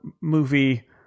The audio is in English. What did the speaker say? movie